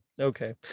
okay